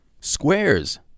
Squares